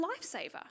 lifesaver